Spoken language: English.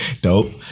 Dope